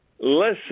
Listen